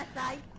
night